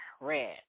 red